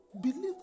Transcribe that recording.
believe